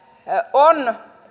on